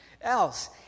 else